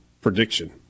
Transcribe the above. prediction